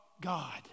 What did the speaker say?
God